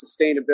sustainability